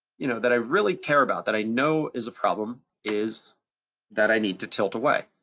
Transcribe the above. you know, that i really care about that i know is a problem is that i need to tilt away.